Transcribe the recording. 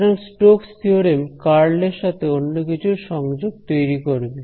সুতরাং Stokes theorem Stoke's theorem curl এর সাথে অন্য কিছুর সংযোগ তৈরি করবে